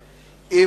רבותי.